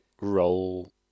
roll